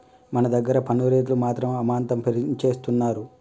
మన దగ్గర పన్ను రేట్లు మాత్రం అమాంతం పెంచేస్తున్నారు